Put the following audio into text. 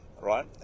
right